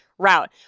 Route